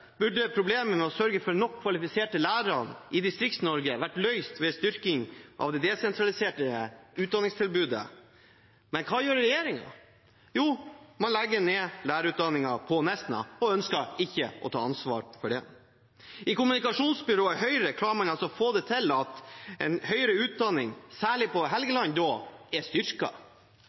burde problemene med å skaffe nok kvalifiserte lærere i Distrikts-Norge vært løst ved styrking av det desentraliserte utdanningstilbudet. Men hva gjør regjeringen? Jo, man legger ned lærerutdanningen på Nesna og ønsker ikke å ta ansvar for det. I kommunikasjonsbyrået Høyre klarer man altså å få det til at en høyere utdanning, særlig på Helgeland, er styrket. Det er